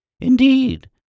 Indeed